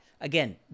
again